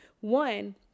One